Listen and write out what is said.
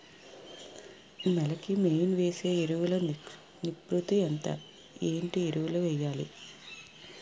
నేల కి మెయిన్ వేసే ఎరువులు నిష్పత్తి ఎంత? ఏంటి ఎరువుల వేయాలి?